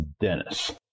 Dennis